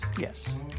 Yes